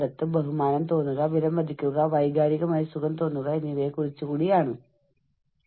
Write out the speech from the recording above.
എത്രത്തോളം സമ്മർദ്ദം നമുക്ക് അനുഭവപ്പെടുന്നു എന്നതിനെക്കുറിച്ച് നമ്മൾ സംസാരിക്കാൻ പോകുന്നു